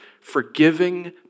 forgiving